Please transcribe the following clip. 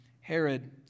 Herod